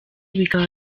bikaba